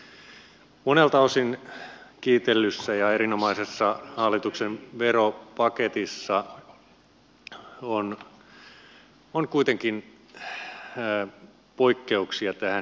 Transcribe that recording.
nyt tässä monelta osin kiitellyssä ja erinomaisessa hallituksen veropaketissa on kuitenkin poikkeuksia tähän linjakkuuteen